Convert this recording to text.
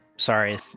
Sorry